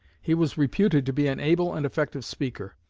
he was reputed to be an able and effective speaker.